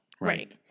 right